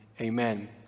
Amen